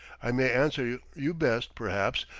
i may answer you best, perhaps,